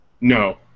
No